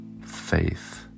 faith